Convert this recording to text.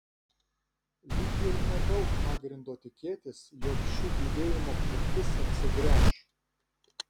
lyg ir nedaug pagrindo tikėtis jog ši judėjimo kryptis apsigręš